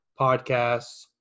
podcasts